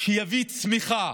שיביא צמיחה.